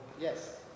Yes